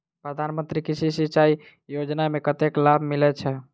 प्रधान मंत्री कृषि सिंचाई योजना मे कतेक लाभ मिलय छै?